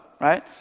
right